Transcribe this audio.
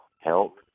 help